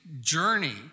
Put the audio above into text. journey